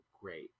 great